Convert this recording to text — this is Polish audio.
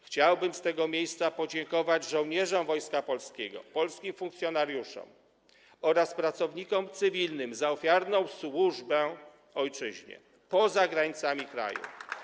Chciałbym z tego miejsca podziękować żołnierzom Wojska Polskiego, polskim funkcjonariuszom oraz pracownikom cywilnym za ofiarną służbę ojczyźnie poza granicami kraju.